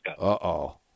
Uh-oh